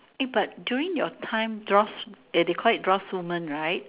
eh but during your time drafts they call it draftswoman right